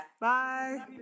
Bye